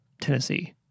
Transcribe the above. Tennessee